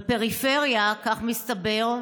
בפריפריה, כך מסתבר,